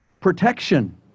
protection